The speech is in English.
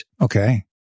Okay